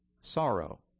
sorrow